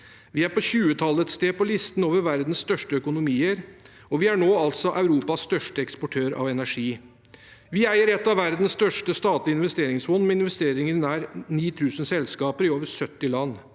Vi er på tjuetallet et sted på listen over verdens største økonomier. Og vi er altså nå Europas største eksportør av energi. Vi eier et av verdens største statlige investeringsfond med investeringer i nær 9 000 selskaper i over 70 land.»